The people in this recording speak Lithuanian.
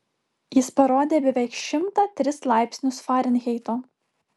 jis parodė beveik šimtą tris laipsnius farenheito